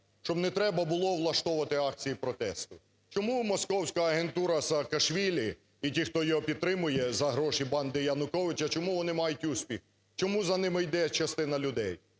щоб не треба було влаштовувати акцій протесту. Чому московська агентура Саакашвілі і ті, хто його підтримує за гроші банди Януковича, чому вони мають успіх? Чому за ними йде частина людей?